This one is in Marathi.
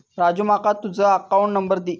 राजू माका तुझ अकाउंट नंबर दी